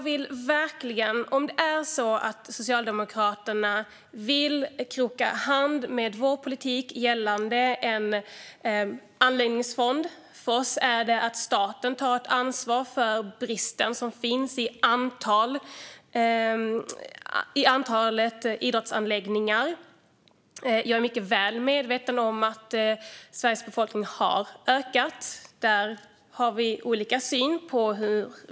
Vi ser gärna att Socialdemokraterna krokar arm med oss gällande en anläggningsfond, så att staten tar ett ansvar för den rådande bristen när det gäller idrottsanläggningar. Jag är mycket väl medveten om att Sveriges befolkning har ökat. Där har vi olika syn.